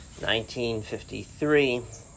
1953